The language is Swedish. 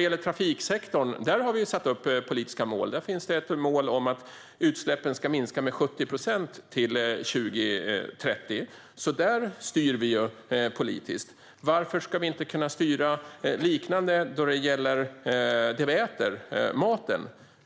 gäller trafiksektorn har vi ju satt upp politiska mål, Lars Tysklind. Där finns det mål om att utsläppen ska minska med 70 procent till 2030, så där styr vi ju politiskt. Varför skulle vi inte kunna styra på ett liknande sätt när det gäller maten vi äter?